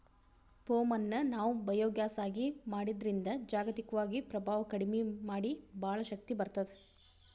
ಪೋಮ್ ಅನ್ನ್ ನಾವ್ ಬಯೋಗ್ಯಾಸ್ ಆಗಿ ಮಾಡದ್ರಿನ್ದ್ ಜಾಗತಿಕ್ವಾಗಿ ಪ್ರಭಾವ್ ಕಡಿಮಿ ಮಾಡಿ ಭಾಳ್ ಶಕ್ತಿ ಬರ್ತ್ತದ